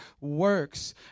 works